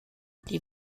die